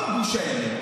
כל גוש הימין,